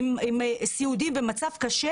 וסיעודיים במצב קשה